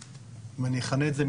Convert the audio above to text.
ואני אכנה את זה,